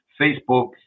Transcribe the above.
Facebook